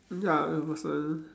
ya with a person